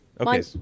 Okay